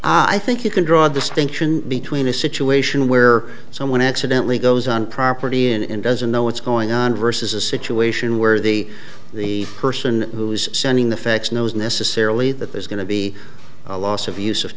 think you can draw distinction between a situation where someone accidentally goes on property and in doesn't know what's going on versus a situation where the the person who's sending the feds knows necessarily that there's going to be a loss of use of